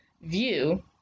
view